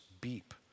beep